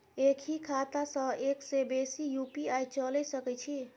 एक ही खाता सं एक से बेसी यु.पी.आई चलय सके छि?